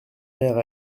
mère